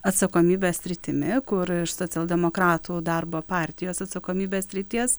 atsakomybės sritimi kur iš socialdemokratų darbo partijos atsakomybės srities